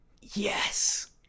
yes